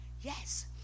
Yes